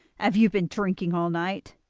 have you been drinking all night,